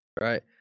Right